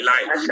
Life